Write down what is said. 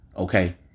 Okay